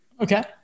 Okay